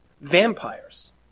vampires